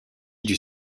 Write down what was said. dut